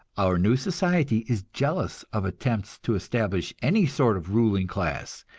our new society is jealous of attempts to establish any sort of ruling class,